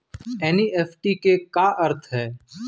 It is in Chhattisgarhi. एन.ई.एफ.टी के का अर्थ है?